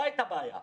לא הייתה בעיה.